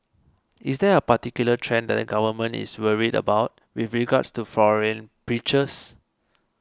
is there a particular trend that the Government is worried about with regards to foreign preachers